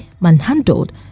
manhandled